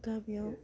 गामियाव